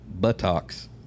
buttocks